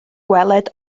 gweled